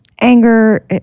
anger